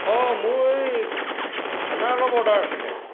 অঁ মোৰ এই খানা অলপ অৰ্ডাৰ আছিলে